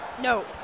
No